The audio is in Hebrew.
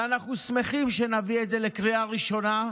ואנחנו שמחים שנביא את זה לקריאה ראשונה,